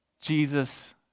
Jesus